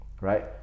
right